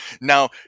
Now